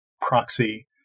proxy